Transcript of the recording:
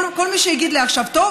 כל מי שיגיד לי עכשיו: טוב,